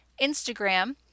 Instagram